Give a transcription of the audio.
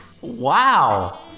Wow